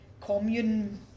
commune